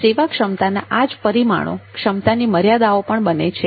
સેવા ક્ષમતાના આ જ પરિમાણો ક્ષમતાની મર્યાદાઓ પણ બને છે